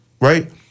Right